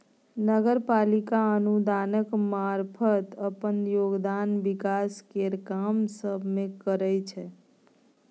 नगर पालिका अनुदानक मारफत अप्पन योगदान विकास केर काम सब मे करइ छै